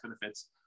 benefits